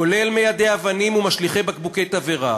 כולל מיידי אבנים ומשליכי בקבוקי תבערה.